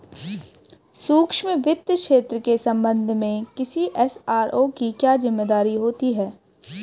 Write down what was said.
सूक्ष्म वित्त क्षेत्र के संबंध में किसी एस.आर.ओ की क्या जिम्मेदारी होती है?